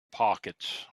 pockets